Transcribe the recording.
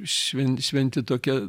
šven šventi tokie